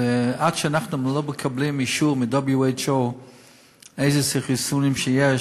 עד שאנחנו לא מקבלים אישור מ-WHO איזה חיסונים יש,